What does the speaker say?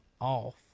off